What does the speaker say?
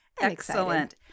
excellent